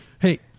Hey